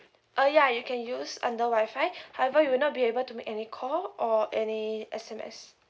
uh ya you can use under wifi however you will not be able to make any call or any S_M_S